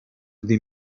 gdy